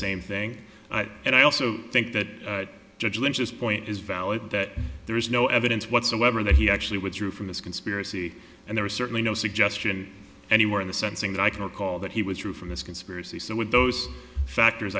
same thing and i also think that judge lynch's point is valid that there is no evidence whatsoever that he actually would through from this conspiracy and there is certainly no suggestion anywhere in the sensing that i can recall that he was through from this conspiracy so with those factors